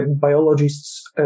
biologists